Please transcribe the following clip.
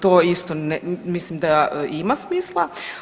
To isto mislim da ima smisla.